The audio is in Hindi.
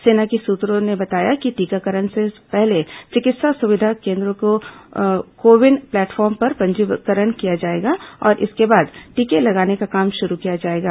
सेना के सूत्रों ने बताया कि टीकाकरण से पहले चिकित्सा सुविधा केंद्रों का को विन प्लेटफॉर्म पर पंजीकरण किया जाएगा और इसके बाद टीके लगाने का काम शुरू किया जाएगा